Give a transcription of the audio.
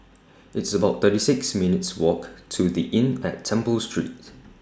It's about thirty six minutes' Walk to The Inn At Temple Street